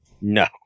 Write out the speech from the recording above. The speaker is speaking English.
No